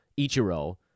Ichiro